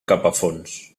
capafonts